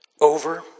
over